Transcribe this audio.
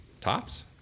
tops